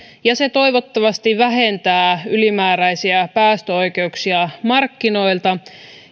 ja se toivottavasti vähentää ylimääräisiä päästöoikeuksia markkinoilta